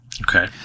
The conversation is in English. Okay